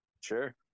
Sure